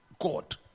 God